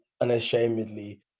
unashamedly